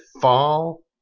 fall